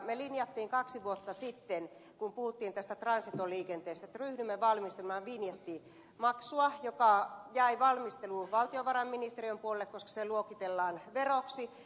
me linjasimme kaksi vuotta sitten kun puhuttiin tästä transitoliikenteestä että ryhdymme valmistamaan vinjettimaksua joka jäi valmisteluun valtiovarainministeriön puolelle koska se luokitellaan veroksi